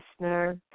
listener